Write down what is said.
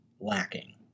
lacking